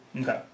Okay